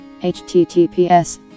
https